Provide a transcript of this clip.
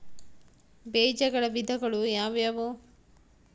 ಬೇಜಗಳ ವಿಧಗಳು ಯಾವುವು?